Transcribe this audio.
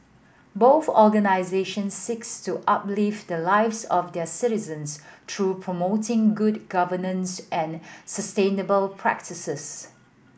both organisations seeks to uplift the lives of their citizens through promoting good governance and sustainable practices